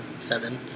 seven